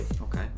okay